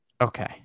Okay